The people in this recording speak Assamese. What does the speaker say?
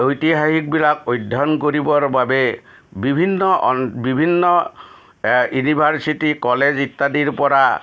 ঐতিহাসিকবিলাক অধ্যয়ন কৰিবৰ বাবে বিভিন্ন বিভিন্ন ইনিভাৰ্চিটি কলেজ ইত্যাদিৰ পৰা